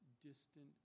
distant